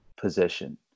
position